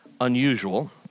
unusual